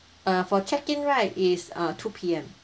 uh for check-in right it's uh two P_M